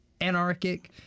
anarchic